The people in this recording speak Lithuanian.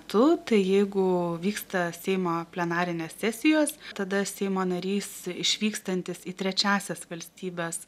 tu tai jeigu vyksta seimo plenarinės sesijos tada seimo narys išvykstantis į trečiąsias valstybes